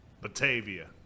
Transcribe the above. Batavia